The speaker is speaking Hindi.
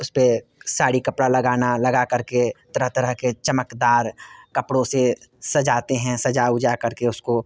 उस पर साड़ी कपड़ा लगाना लगा कर के तरह तरह के चमकदार कपड़ों से सजाते हैं सजा उजा कर के उसको